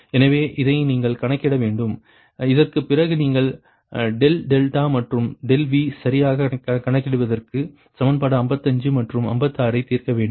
எனவே இதை நீங்கள் கணக்கிட வேண்டும் இதற்குப் பிறகு நீங்கள் ∆δ மற்றும் ∆V சரியாகக் கணக்கிடுவதற்கு சமன்பாடு 55 மற்றும் 56 ஐ தீர்க்க வேண்டும்